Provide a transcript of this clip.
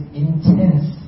intense